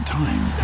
time